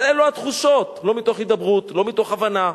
אבל אלו התחושות, לא מתוך הידברות, לא מתוך הבנה.